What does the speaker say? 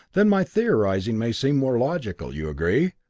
then my theorizing may seem more logical. you agree?